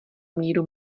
míru